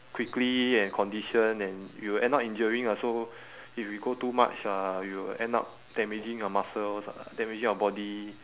quickly and condition and we will end up injuring ah so if we go too much ah we will end up damaging your muscles uh damaging your body